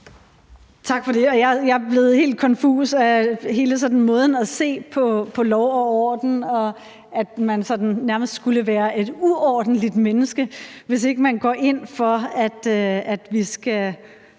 Tak for det. Jeg er blevet helt konfus over hele måden at se på lov og orden på og over, at man sådan nærmest skulle være et uordentligt menneske, hvis ikke man går ind for, at vi skal